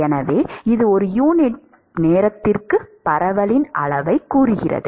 எனவே இது ஒரு யூனிட் நேரத்திற்கு பரவலின் அளவைக் கூறுகிறது